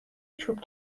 چوب